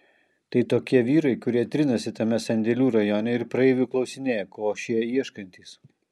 tai tokie vyrai kurie trinasi tame sandėlių rajone ir praeivių klausinėja ko šie ieškantys